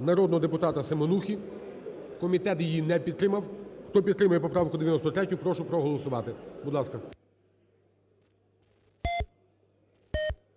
народного депутата Семенухи. Комітет її не підтримав. Хто підтримує поправку 93, прошу проголосувати. Будь ласка.